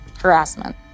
harassment